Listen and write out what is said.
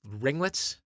Ringlets